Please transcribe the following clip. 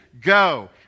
go